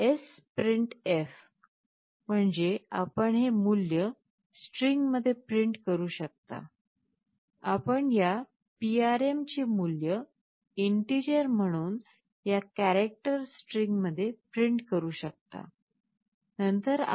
sprintf म्हणजे आपण हे मूल्य स्ट्रिंगमध्ये प्रिंट करू शकता आपण या PRM चे मूल्य इंटीजर म्हणून या कॅरॅक्टर स्ट्रिंग मध्ये प्रिंट करू शकता